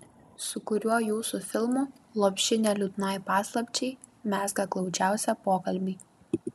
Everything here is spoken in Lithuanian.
su kuriuo jūsų filmu lopšinė liūdnai paslapčiai mezga glaudžiausią pokalbį